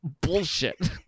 bullshit